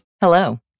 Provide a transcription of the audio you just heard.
Hello